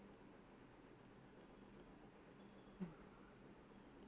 mm